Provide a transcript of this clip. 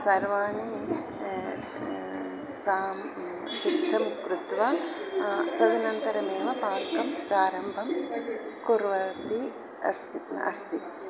सर्वाणी सां सिद्धं कृत्वा तदनन्तरम् एव पाकं प्रारम्भं कुर्वती अस्मि अस्ति